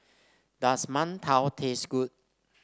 does mantou taste good